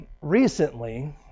recently